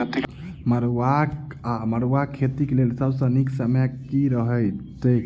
मरुआक वा मड़ुआ खेतीक लेल सब सऽ नीक समय केँ रहतैक?